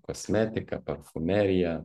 kosmetiką parfumeriją